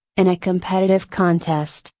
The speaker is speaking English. in a competitive contest,